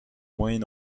moyen